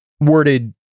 worded